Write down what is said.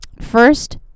first